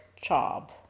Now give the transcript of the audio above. job